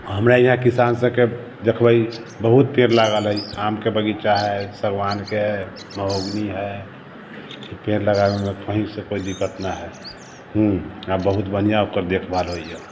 हमरा यहाँ किसानसबके देखबै बहुत पेड़ लागल हइ आमके बगीचा हइ सगवानके हइ महोगनी हइ पेड़ लगाबैमे कहीँ से कोइ दिक्कत नहि हइ हुँ आओर बहुत बढ़िआँ ओकर देखभाल होइए